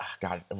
God